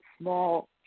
small